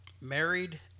Married